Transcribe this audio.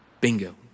Bingo